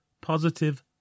positive